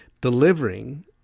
Delivering